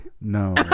No